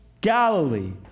Galilee